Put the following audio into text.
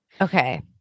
Okay